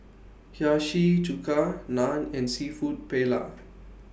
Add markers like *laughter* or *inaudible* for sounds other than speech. Hiyashi Chuka Naan and Seafood Paella *noise*